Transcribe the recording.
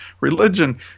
Religion